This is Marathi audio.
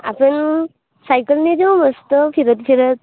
आपण सायकलने जाऊ मस्त फिरत फिरत